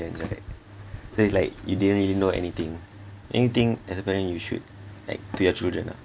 right so it's like you didn't really know anything anything as a parent you should like to your children ah